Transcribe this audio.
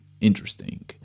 interesting